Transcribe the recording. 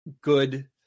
good